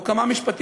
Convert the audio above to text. או כמה משפטים,